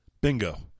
Bingo